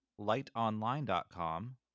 lightonline.com